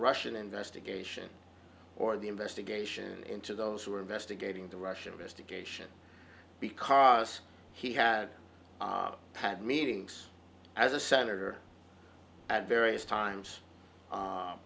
russian investigation or the investigation into those who were investigating the russian mystic ation because he had had meetings as a senator at various times